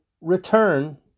return